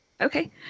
Okay